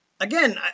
Again